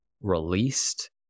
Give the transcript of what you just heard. released